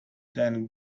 then